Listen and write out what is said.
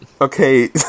Okay